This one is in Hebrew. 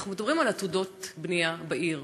אנחנו מדברים על עתודות בנייה בעיר,